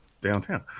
Downtown